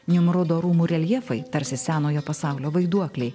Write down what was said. nimrodo rūmų reljefai tarsi senojo pasaulio vaiduokliai